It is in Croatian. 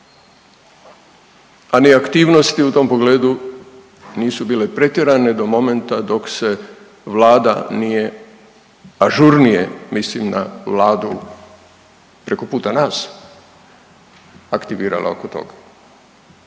a ni aktivnosti u tom pogledu nisu bile pretjerane do momenta dok se Vlada nije ažurnije, mislim na Vladu preko puta nas, aktivirala oko toga.